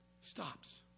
stops